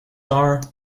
are